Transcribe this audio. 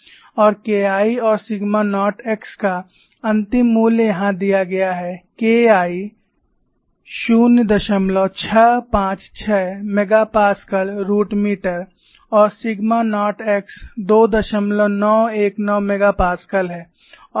और KI और sigma naught x का अंतिम मूल्य यहां दिया गया है KI 0656 MPa रूट मीटर और सिग्मा नोट x 2919 MPa है